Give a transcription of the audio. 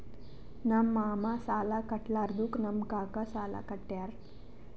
ನಮ್ ಮಾಮಾ ಸಾಲಾ ಕಟ್ಲಾರ್ದುಕ್ ನಮ್ ಕಾಕಾ ಸಾಲಾ ಕಟ್ಯಾರ್